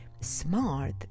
smart